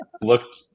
looked